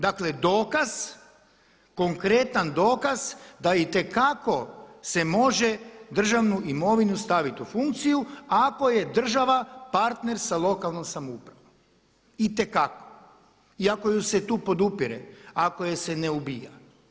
Dakle dokaz, konkretan dokaz da itekako se može državnu imovinu staviti u funkciju ako je država partner sa lokalnom samoupravom, itekako i ako ju se tu podupire, ako ju se ne ubija.